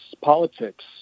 politics